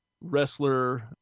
wrestler